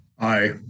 Aye